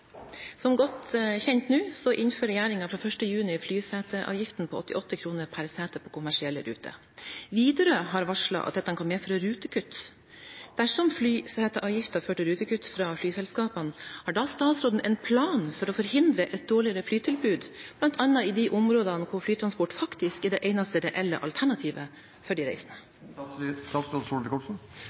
juni flyseteavgiften på 88 kr per sete på kommersielle ruter. Widerøe har varslet at dette kan medføre rutekutt. Dersom flyseteavgiften fører til rutekutt fra flyselskapene, har statsråden en plan for å forhindre et dårligere flytilbud, bl.a. i områder hvor flytransport er det eneste reelle alternativet for de reisende?»